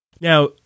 Now